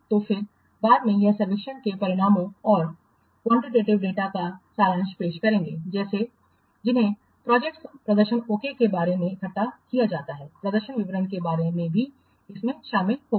तो फिर बाद में यह सर्वेक्षण के परिणामों और क्वानटीटेटिव डेटा का सारांश पेश करेगा जिन्हें प्रोजेक्ट प्रदर्शन ओके के बारे में इकट्ठा किया जाता है प्रदर्शन विवरण के बारे में भी इसमें शामिल होगा